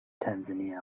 tanzania